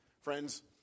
Friends